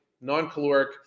non-caloric